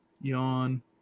Yawn